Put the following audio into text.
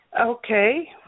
Okay